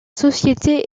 société